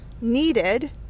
needed